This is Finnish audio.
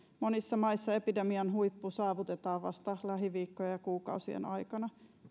monissa maissa epidemian huippu saavutetaan vasta lähiviikkojen ja kuukausien aikana